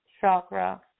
chakra